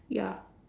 ya